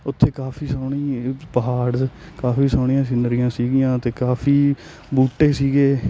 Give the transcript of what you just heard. ਉੱਥੇ ਕਾਫ਼ੀ ਸੋਹਣੀ ਇਹ ਪਹਾੜ ਕਾਫ਼ੀ ਸੋਹਣੀਆਂ ਸਿਨਰੀਆਂ ਸੀਗੀਆਂ ਅਤੇ ਕਾਫ਼ੀ ਬੂਟੇ ਸੀਗੇ